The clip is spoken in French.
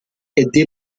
aidé